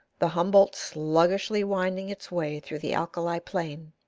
the humboldt sluggishly winding its way through the alkali plain